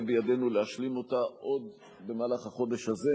בידינו להשלים אותה עוד במהלך החודש הזה,